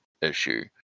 issue